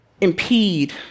impede